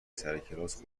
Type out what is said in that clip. سرکلاس